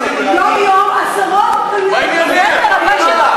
יום-יום עשרות, מה עניינך?